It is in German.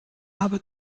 habe